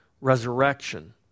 resurrection